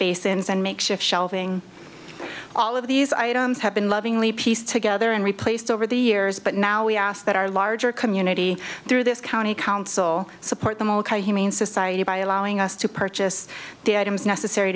basin and makeshift shelving all of these items have been lovingly pieced together and replaced over the years but now we ask that our larger community through this county council support them ok humane society by allowing us to purchase the items necessary